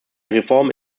reformen